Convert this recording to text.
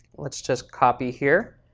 let's just copy here.